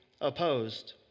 opposed